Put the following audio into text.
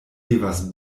devas